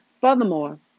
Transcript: Furthermore